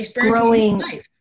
growing